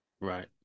Right